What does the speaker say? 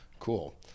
Cool